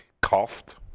coughed